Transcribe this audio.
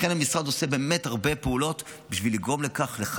לכן המשרד עושה באמת הרבה פעולות בשביל לחזק,